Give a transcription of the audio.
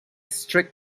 strict